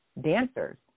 dancers